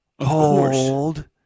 Hold